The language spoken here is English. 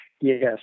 Yes